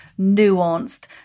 nuanced